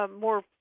more